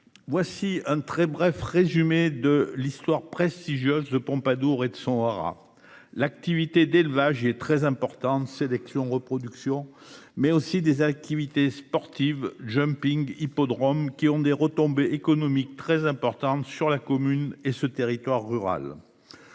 Voici un très bref résumé de l'histoire prestigieuse de Pompadour et de son art. L'activité d'élevage est très importante sélection reproduction mais aussi des activités sportives Jumping hippodrome qui ont des retombées économiques très importantes sur la commune et ce territoire rural.